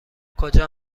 کجا